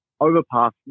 Overpass